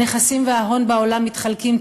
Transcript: הנכסים וההון בעולם מתחלקים,